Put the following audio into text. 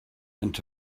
and